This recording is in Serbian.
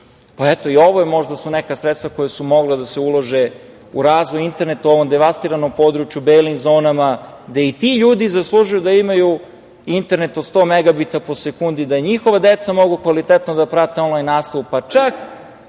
i ovo su možda neka sredstva koja su mogla da se ulože u razvoj interneta u ovom devastiranom području, belim zonama, gde i ti ljudi zaslužuju da imaju internet od 100MV po sekundi, da i njihova deca mogu kvalitetno da prate onlajn nastavu, pa čak